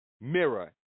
Mirror